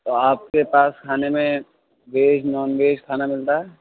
تو آپ کے پاس کھانے میں ویج نان ویج کھانا ملتا ہے